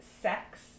sex